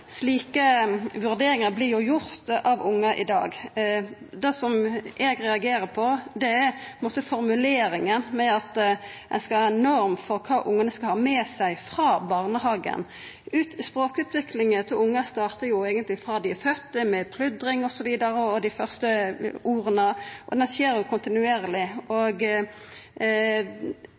gjort slike vurderingar av ungar. Det som eg reagerer på, er formuleringa om at ein skal ha ei norm for kva ungane skal ha med seg frå barnehagen. Språkutviklinga til ungar startar eigentleg frå dei vert fødde, med pludring, dei første orda osv., og ho skjer kontinuerleg.